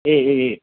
ये ये ये